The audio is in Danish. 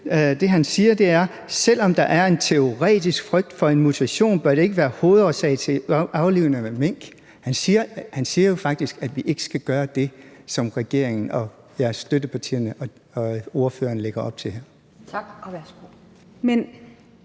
Det, han siger, er: Selv om der er en teoretisk frygt for en mutation, bør det ikke være en hovedårsag til aflivning af mink. Han siger faktisk, at vi ikke skal gøre det, som regeringen og støttepartierne og ordføreren lægger op til her. Kl.